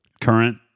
current